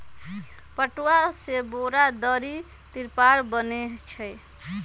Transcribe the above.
पटूआ से बोरा, दरी, तिरपाल बनै छइ